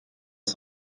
das